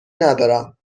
ندارم